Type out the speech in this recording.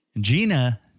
Gina